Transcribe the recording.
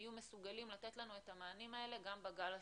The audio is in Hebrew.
יהיו מסוגלים לתת לנו את המענים האלה גם בגל השני.